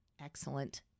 Excellent